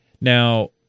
Now